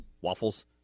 waffles